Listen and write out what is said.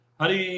hari